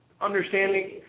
Understanding